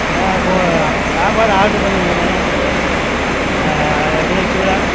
சாப்பாடு ஆட்ரு பண்ணிருந்தேண்ண அது ரெடி ஆகிடுச்சுங்களா